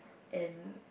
and